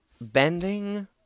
bending